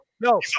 No